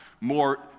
more